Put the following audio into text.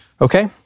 Okay